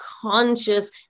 conscious